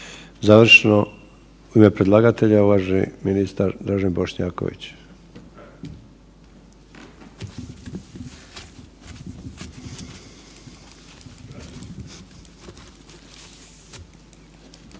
Završno u ime predlagatelja uvaženi ministar Dražen Bošnjaković.